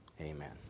Amen